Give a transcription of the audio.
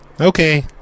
Okay